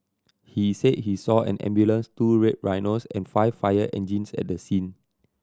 he said he saw an ambulance two Red Rhinos and five fire engines at the scene